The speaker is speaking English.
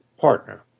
partner